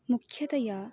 मुख्यतया